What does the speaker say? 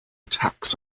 attacks